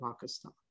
Pakistan